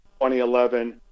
2011